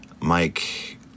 Mike